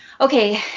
Okay